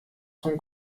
zum